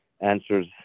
answers